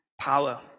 power